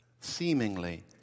seemingly